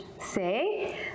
say